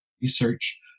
research